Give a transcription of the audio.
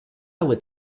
would